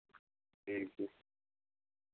ᱴᱷᱤᱠ ᱜᱮᱭᱟ